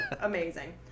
amazing